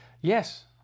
yes